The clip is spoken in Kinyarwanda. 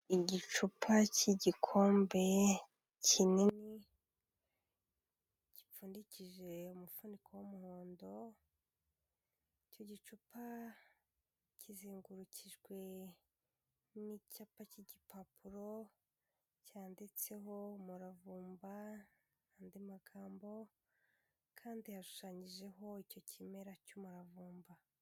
Igicupa cy'igikombe kinini gipfundikije umufuniko w'umuhondo, iki gicupa kizengurukijwe n'icyapa cy'igipapuro, cyanditseho umuravumba, andi magambo kandi hashushanyijeho icyo kimera cy'umuravumba.